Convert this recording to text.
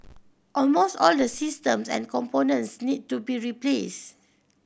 almost all the systems and components need to be replaced